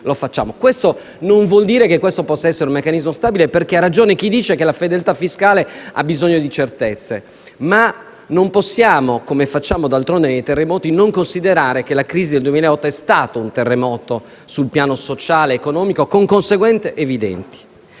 Questo non vuol dire che possa essere un meccanismo stabile, perché ha ragione chi dice che la fedeltà fiscale ha bisogno di certezze. Ma non possiamo - come d'altronde facciamo per i terremoti - non considerare che la crisi del 2008 è stata un terremoto sul piano sociale ed economico, con conseguenze evidenti.